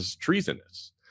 treasonous